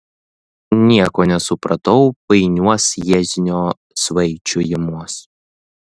nieko nesupratau painiuos jieznio svaičiojimuos